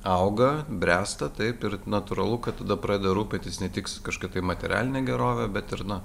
auga bręsta taip ir natūralu kad tada pradeda rūpintis ne tiks kažkokia tai materialine gerove bet ir na